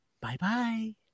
Bye-bye